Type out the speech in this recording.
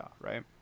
right